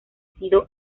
sido